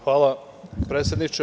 Hvala, predsedniče.